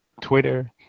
Twitter